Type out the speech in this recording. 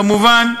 כמובן,